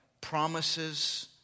promises